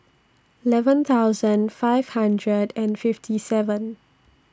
eleven thousand five hundred and fifty seven